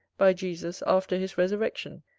by jesus after his resurrection,